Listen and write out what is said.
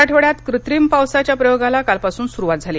मराठवाङ्यात कृत्रीम पावसाच्या प्रयोगाला कालपासून सुरुवात झाली